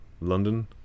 London